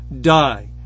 die